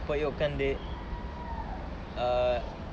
போய் உட்கார்ந்து:poi utkaaranthu err